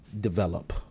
develop